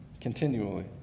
continually